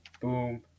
Boom